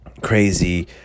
crazy